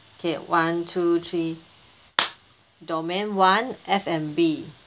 okay one two three domain one F&B